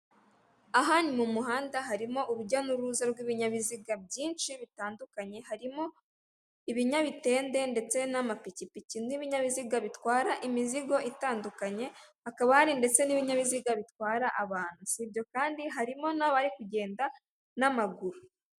Aha ni mu muhanda harimo urujya n'uruza rw'ibinyabiziga byinshi bitandukanye harimo ibinyamitende ndetse n'amapikipiki n'ibinyabiziga bitwara imizigo itandukanye hakaba hari ndetse n'ibinyabiziga bitwara abantu sibyo kandi harimo n'abari kugenda n'amaguru .